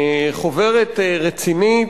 חוברת רצינית,